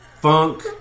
Funk